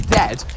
dead